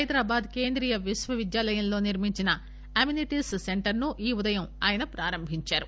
హైదరాబాద్ కేంద్రీయ విశ్వవిద్యాలయంలో నిర్మించిన అమినిటీస్ సెంటర్ ను ఈ ఉదయం ఆయన ప్రారంభించారు